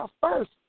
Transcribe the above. first